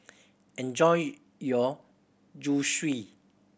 enjoy your Zosui